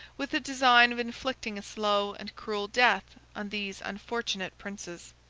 with the design of inflicting a slow and cruel death on these unfortunate princes.